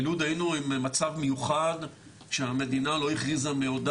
בלוד היינו במצב מיוחד שהמדינה לא הכריזה מעודה